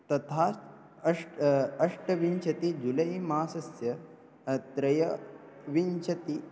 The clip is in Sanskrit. तथा च अष्ट अष्टविंशतिः जुलै मासस्य त्रयोविंशतिः